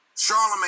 Charlemagne